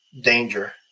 danger